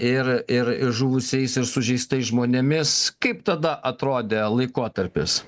ir ir žuvusiais ir sužeistais žmonėmis kaip tada atrodė laikotarpis